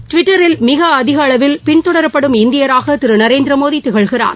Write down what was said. டுவிட்டரில் மிக அதிக அளவில் பின்தொடரப்படும் இந்தியராக திரு நரேந்திர மோடி திகழ்கிறார்